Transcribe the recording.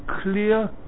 clear